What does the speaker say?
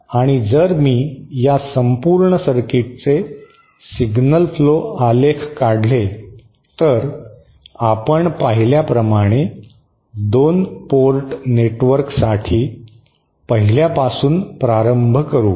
आणि जर मी या संपूर्ण सर्किटचे सिग्नल फ्लो आलेख काढले तर आपण पाहिल्याप्रमाणे 2 पोर्ट नेटवर्कसाठी पहिल्यापासून प्रारंभ करू